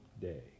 day